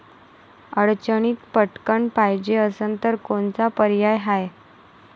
अडचणीत पटकण पायजे असन तर कोनचा पर्याय हाय?